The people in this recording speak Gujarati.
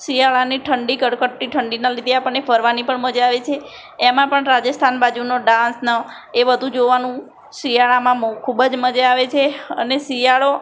શિયાળાની ઠંડી કડકડતી ઠંડીના લીધે આપણને ફરવાની પણ મજા આવે છે એમાં પણ રાજસ્થાન બાજુનો ડાન્સ ને એ બધું જોવાનું શિયાળામાં ખૂબ જ મજા આવે છે અને શિયાળો